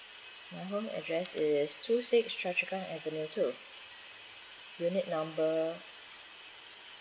my home address is two six choa chu kang avenue two unit number